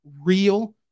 real